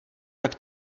tak